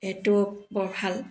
এইটো বৰ ভাল